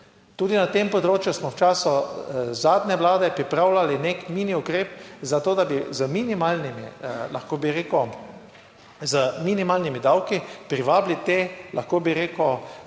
Tudi na tem področju smo v času zadnje vlade pripravljali nek mini ukrep za to, da bi z minimalnimi, lahko bi rekel,